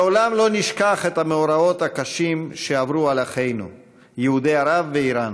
לעולם לא נשכח את המאורעות הקשים שעברו על אחינו יהודי ערב ואיראן